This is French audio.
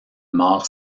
mort